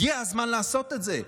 הגיע הזמן לעשות את זה,